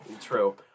True